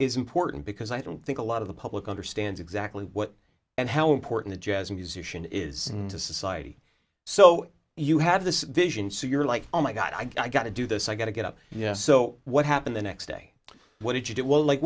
is important because i don't think a lot of the public understands exactly what and how important a jazz musician is to society so you have this vision so you're like oh my god i got to do this i got to get up yes so what happened the next day what did you do well like